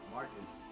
Marcus